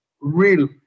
real